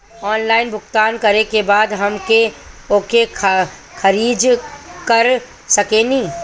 Online भुगतान करे के बाद हम ओके खारिज कर सकेनि?